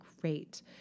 great